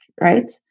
right